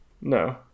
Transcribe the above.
No